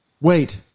Wait